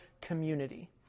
community